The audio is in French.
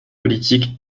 politique